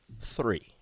three